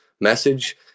message